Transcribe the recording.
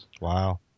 Wow